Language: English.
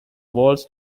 waltz